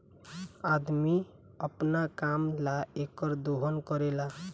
अदमी अपना काम ला एकर दोहन करेला